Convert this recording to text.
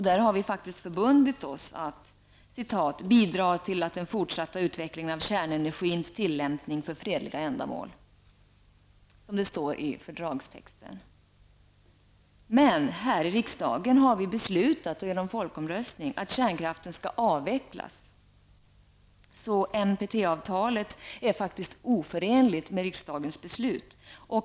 Där vi förbundit oss att bidraga till den fortsatta utvecklingen av kärnenergins tillämpning för fredliga ändamål, som det står i fördragstexten. Men här i riksdagen har vi efter en folkomröstning beslutat att kärnkraften skall avvecklas. NPT avtalet är faktiskt oförenligt med riksdagens beslut.